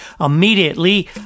Immediately